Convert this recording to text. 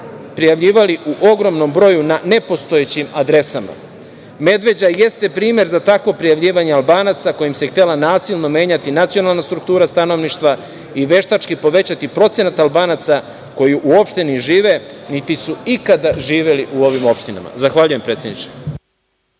prijavljivali u ogromnom broju na nepostojećim adresama. Medveđa jeste primer za takvo prijavljivanje Albanaca, kojim se htela nasilno menjati nacionalna struktura stanovništva i veštački povećati procenat Albanaca koji uopšte ne žive niti su ikada živeli u ovim opštinama. Zahvaljujem, predsedniče.